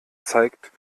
zeigt